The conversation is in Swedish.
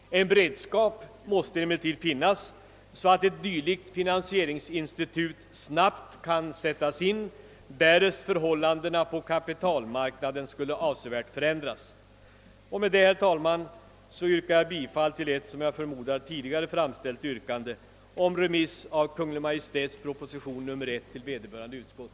En beredskap måste emellertid finnas, så att ett dylikt finansieringsinstitut snabbt kan insättas, därest förhållandena på kapitalmarknaden skulle avsevärt förändras. Med dessa ord, herr talman, ber jag att få biträda ett, som jag förmodar, tidigare framfört yrkande om remiss av Kungl. Maj:ts proposition nr 1 till vederbörande utskott.